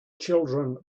children